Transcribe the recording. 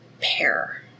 pair